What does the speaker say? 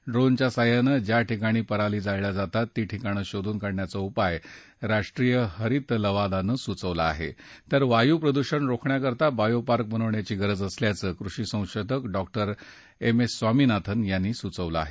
ड्रोनच्या सहाय्यानं ज्या ठिकाणी पराली जाळल्या जातात ती ठिकाणं शोधून काढण्याचा उपाय राष्ट्रीय हरित लवादानं सूचवला आहे तर वायू प्रदूषण रोखण्याकरता बायोपार्क बनवण्याची गरज असल्याचं कृषी संशोधक डॉक्टर एम एस स्वामीनाथन यांनी सुचवलं आहे